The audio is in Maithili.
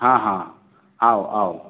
हँ हँ हँ आउ आउ